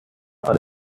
are